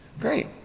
great